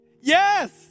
yes